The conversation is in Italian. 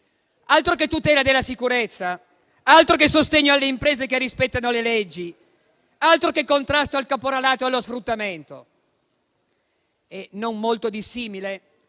Altro che tutela della sicurezza, altro che sostegno alle imprese che rispettano le leggi, altro che contrasto al caporalato e allo sfruttamento. Non molto dissimile